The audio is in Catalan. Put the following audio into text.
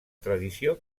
tradició